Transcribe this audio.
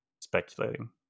speculating